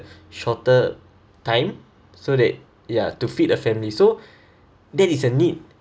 shorter time so that ya to feed a family so there is a need